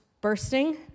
bursting